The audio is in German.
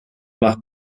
macht